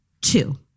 two